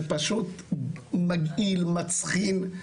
זה פשוט מגעיל, מצחין,